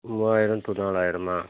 மூவாயிரம் டு நாலாயிரமா